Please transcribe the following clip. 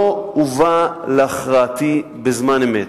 זה לא הובא להכרעתי בזמן אמת.